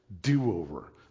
do-over